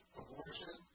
abortion